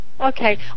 Okay